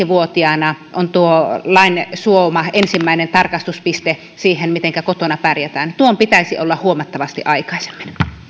vuotiaana on tuo lain suoma ensimmäinen tarkastuspiste siihen mitenkä kotona pärjätään tuon pitäisi olla huomattavasti aikaisemmin